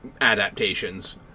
adaptations